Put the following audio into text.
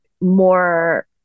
more